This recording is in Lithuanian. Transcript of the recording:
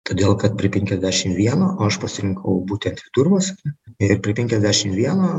todėl kad prie penkiasdešim vieno o aš pasirinkau būtent vidurvasarį ir prie penkiasdešim vieno